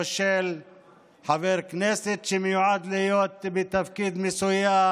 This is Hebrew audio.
של חבר כנסת שמיועד להיות בתפקיד מסוים